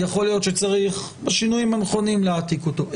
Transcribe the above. יכול להיות שצריך בשינויים הנכונים להעתיק אותו.